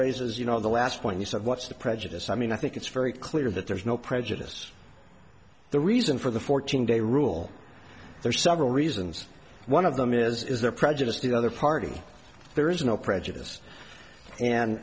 raises you know the last point he said what's the prejudice i mean i think it's very clear that there's no prejudice the reason for the fourteen day rule there are several reasons one of them is the prejudice the other party there is no prejudice and